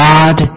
God